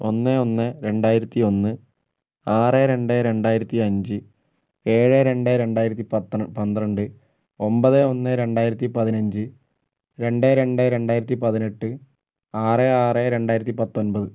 ഒന്ന് ഒന്ന് രണ്ടായിരത്തി ഒന്ന് ആറ് രണ്ട് രണ്ടായിരത്തി അഞ്ച് ഏഴ് രണ്ട് രണ്ടായിരത്തി പത്തനാ പന്ത്രെണ്ട് ഒമ്പത് ഒന്ന് രണ്ടായിരത്തി പതിനഞ്ച് രണ്ട് രണ്ട് രണ്ടായിരത്തി പതിനെട്ട് ആറ് ആറ് രണ്ടായിരത്തി പത്തൊമ്പത്